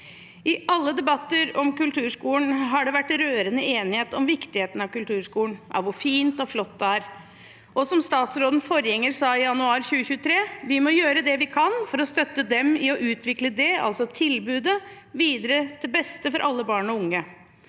I alle debatter om kulturskolen har det vært rørende enighet om viktigheten av kulturskolen, om hvor fint og flott det er. Som statsrådens forgjenger sa i januar 2023: «Vi må gjøre det vi kan for å støtte dem i å utvikle det» – altså tilbudet – «videre til beste for alle barn og unge.»